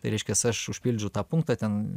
tai reiškias aš užpildžiau tą punktą ten